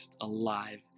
alive